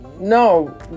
no